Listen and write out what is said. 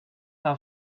how